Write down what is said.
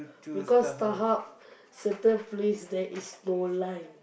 because StarHub certain place there is no line